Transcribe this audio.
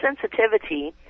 sensitivity